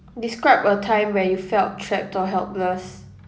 describe a time when you felt trapped or helpless